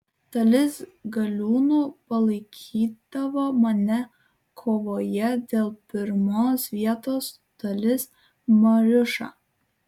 dalis galiūnų palaikydavo mane kovoje dėl pirmos vietos dalis mariušą